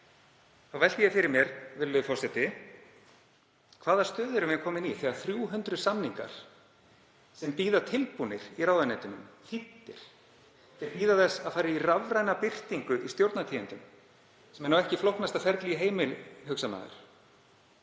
Þá velti ég fyrir mér, virðulegi forseti: Hvaða stöðu erum við komin í þegar 300 samningar bíða tilbúnir í ráðuneytunum, þýddir, bíða þess að fara í rafræna birtingu í Stjórnartíðindum sem er ekki flóknasta ferli í heimi, hugsar maður?